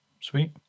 sweet